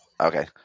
Okay